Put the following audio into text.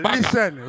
Listen